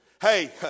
Hey